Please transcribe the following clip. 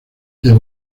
del